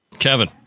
kevin